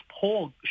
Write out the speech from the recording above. poll